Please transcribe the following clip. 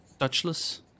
touchless